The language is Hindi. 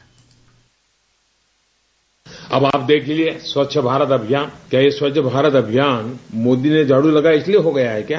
बाइट अब आप देखिये स्वच्छ भारत अभियान क्या यह स्वच्छ भारत अभियान मोदी ने झाड़ू लगाया इसलिये हो गया है क्या